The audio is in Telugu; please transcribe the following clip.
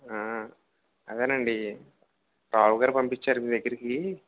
అదేనండి రావ్ గారు పంపించారు మీ దగ్గరకి